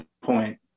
point